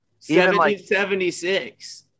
1776